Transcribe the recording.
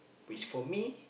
which for me